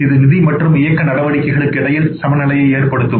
இது நிதி மற்றும் இயக்க நடவடிக்கைகளுக்கு இடையில் சமநிலையை ஏற்படுத்தும்